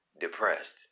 depressed